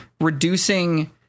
reducing